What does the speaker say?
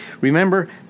Remember